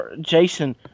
Jason